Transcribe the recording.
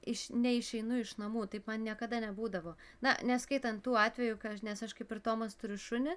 iš neišeinu iš namų taip man niekada nebūdavo na neskaitant tų atvejų nes aš kaip ir tomas turiu šunį